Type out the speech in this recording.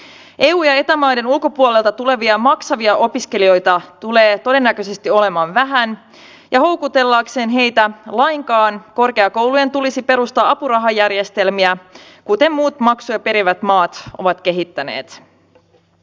eu ja eta maiden ulkopuolelta tulevia maksavia opiskelijoita tulee todennäköisesti olemaan vähän ja houkutellakseen heitä yhtään korkeakoulujen tulisi perustaa apurahajärjestelmiä kuten muut maksuja perivät maat ovat kehittäneet